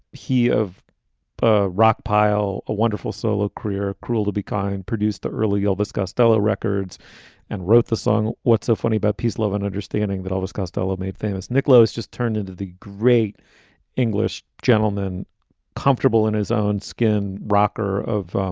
he of ah rockpile, a wonderful solo career. cruel to be kind and produced the early elvis costello records and wrote the song. what's so funny about peace, love and understanding that elvis costello made famous? nick lowe is just turned into the great english gentleman comfortable in his own skin, rocker of